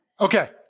Okay